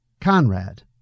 Conrad